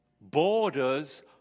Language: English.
borders